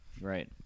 Right